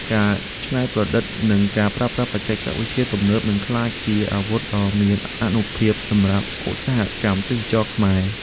ការច្នៃប្រឌិតនិងការប្រើប្រាស់បច្ចេកវិទ្យាទំនើបនឹងក្លាយជាអាវុធដ៏មានអានុភាពសម្រាប់ឧស្សាហកម្មទេសចរណ៍ខ្មែរ។